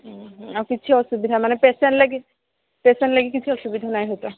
ଆଉ କିଛି ଅସୁବିଧା ମାନେ ପେସେଣ୍ଟ ଲାଗି ପେସେଣ୍ଟ ଲାଗି କିଛି ଅସୁବିଧା ନାଇଁ ତ